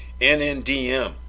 NNDM